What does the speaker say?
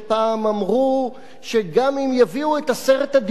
שגם אם יביאו את עשרת הדיברות כחוק-יסוד,